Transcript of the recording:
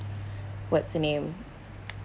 what's your name